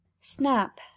snap